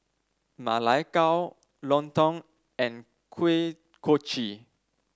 Ma Lai Gao lontong and Kuih Kochi